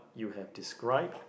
you have described